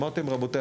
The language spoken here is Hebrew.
אמרתי להם: רבותי,